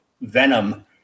Venom